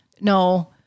No